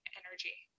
energy